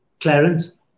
Clarence